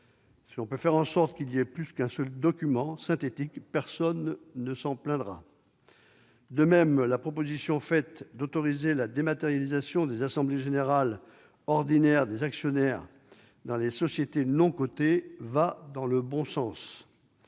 Si l'on peut faire en sorte qu'il n'y ait plus qu'un seul document synthétique, personne ne s'en plaindra. De même, la proposition tendant à autoriser la dématérialisation des assemblées générales ordinaires des actionnaires dans les sociétés non cotées va dans le bon sens.